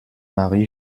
marie